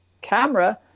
camera